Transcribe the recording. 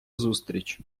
зустріч